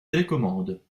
télécommande